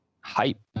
hype